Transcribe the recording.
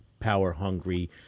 power-hungry